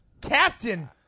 Captain